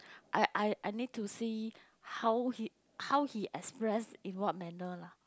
I I I need to see how he how he express in what manner lah